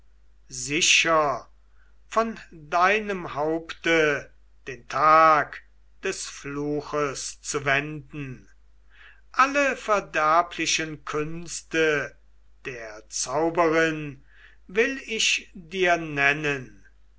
sicher von deinem haupte den tag des fluches zu wenden alle verderblichen künste der zauberin will ich dir nennen